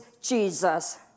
Jesus